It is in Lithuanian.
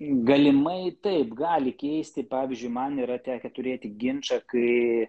galimai taip gali keisti pavyzdžiui man yra tekę turėti ginčą kai